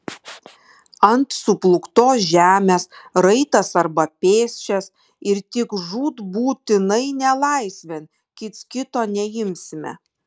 ant suplūktos žemės raitas arba pėsčias ir tik žūtbūtinai nelaisvėn kits kito neimsime